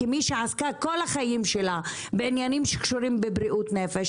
כמי שעסקה כל החיים של בעניינים שקשורים בבריאות נפש,